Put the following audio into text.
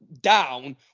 down